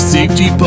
Safety